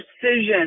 precision